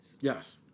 Yes